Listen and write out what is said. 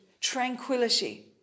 tranquility